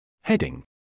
Heading